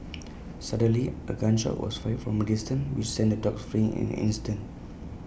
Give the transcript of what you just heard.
suddenly A gun shot was fired from A distance which sent the dogs fleeing in an instant